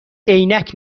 عینک